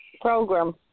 program